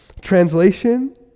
Translation